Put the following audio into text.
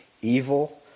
evil